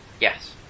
Yes